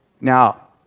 Now